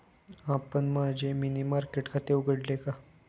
आपण माझे money market खाते उघडाल का?